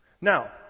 Now